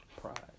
Pride